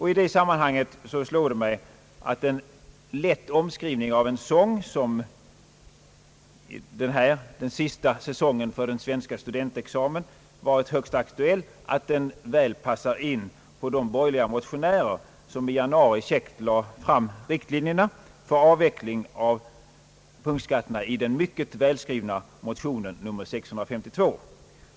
I det sammanhanget slår det mig att en lätt omskrivning av en sång, som under den sista säsongen för den svenska studentexamen varit högst aktuell, väl passar in på de borgerliga motionärer som i januari käckt lade fram riktlinjerna för avveckling av punktskatterna i den mycket välskrivna motionen nr 652.